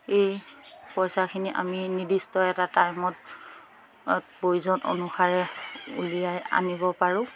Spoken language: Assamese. এই পইচাখিনি আমি নিৰ্দিষ্ট এটা টাইমত প্ৰয়োজন অনুসাৰে উলিয়াই আনিব পাৰোঁ